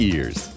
Ears